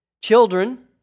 Children